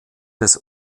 des